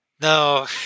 no